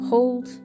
Hold